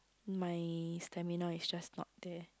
my stamina is just not there